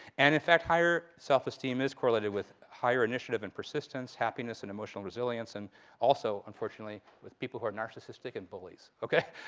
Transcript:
and in fact, higher self-esteem is correlated with higher initiative and persistence, happiness and emotional resilience, and also, unfortunately, with people who are narcissistic and bullies.